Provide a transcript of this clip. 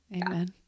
Amen